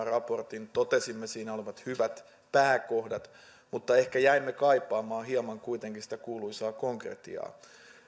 raportin totesimme siinä olevat hyvät pääkohdat mutta ehkä jäimme kaipaamaan hieman kuitenkin sitä kuuluisaa konkretiaa